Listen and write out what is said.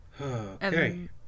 Okay